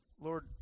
Lord